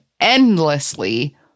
endlessly